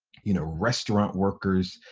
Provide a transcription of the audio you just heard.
you know, restaurant workers,